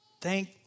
Thank